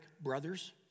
Brothers